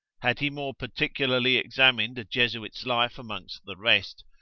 had he more particularly examined a jesuit's life amongst the rest,